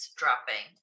dropping